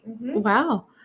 Wow